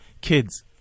kids